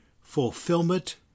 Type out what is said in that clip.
fulfillment